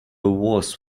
worse